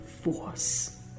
force